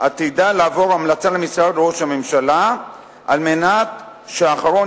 עתידה לעבור המלצה למשרד ראש הממשלה על מנת שהאחרון